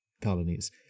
colonies